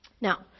Now